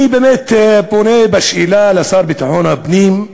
אני באמת פונה בשאלה לשר לביטחון הפנים: